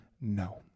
no